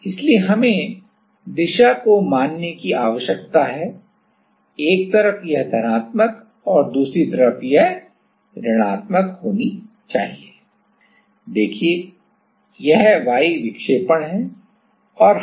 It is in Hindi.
इसलिए हमें दिशा को मानने की आवश्यकता है एक तरफ यह धनात्मक और दूसरी तरफ यह ऋणात्मक होनी चाहिए देखिए यह y विक्षेपण है